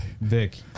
Vic